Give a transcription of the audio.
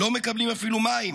לא מקבלים אפילו מים